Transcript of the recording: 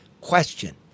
question